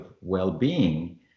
well-being